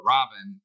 Robin